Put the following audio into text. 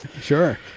Sure